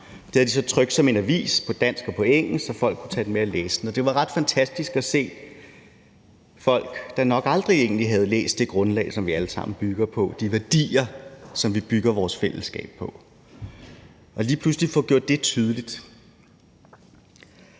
Det havde de så trykt som en avis på dansk og på engelsk, så folk kunne tage den med og læse den. Det var ret fantastisk at se folk, der nok egentlig aldrig havde læst det grundlag, som vi allesammen bygger på, lige pludselig få gjort de værdier, som vi bygger vores fællesskab på, tydelige. Det er værdier,